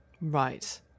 Right